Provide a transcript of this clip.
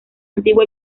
antiguo